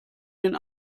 den